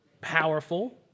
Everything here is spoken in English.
powerful